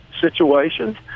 situations